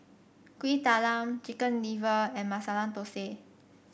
Kuih Talam Chicken Liver and Masala Thosai